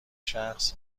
شخص